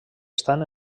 estan